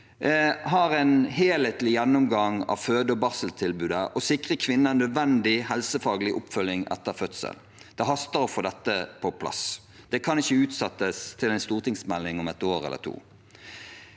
har en helhetlig gjennomgang av føde- og barseltilbudet og sikrer kvinner nødvendig helsefaglig oppfølging etter fødsel. Det haster med å få dette på plass. Det kan ikke utsettes til en stortingsmelding om et år eller to.